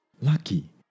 Lucky